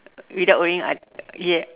without wearing a ya